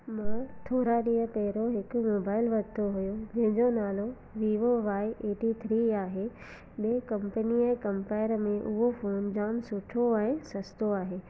मां थोरा ॾींहं पहिरियों हिकु मोबाइल वरितो हुओ जंहिजो नालो विवो वाये एटी थ्री आहे ॿिए कंपनी जे कंपेयर में उहो फोन जाम सुठो आहे सस्तो आहे